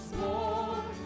more